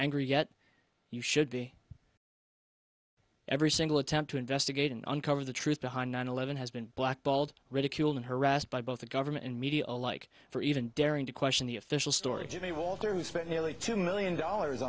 angry yet you should be every single attempt to investigate and uncover the truth behind nine eleven has been blackballed ridiculed and harassed by both the government and media like for even daring to question the official story jimmy walter who spent nearly two million dollars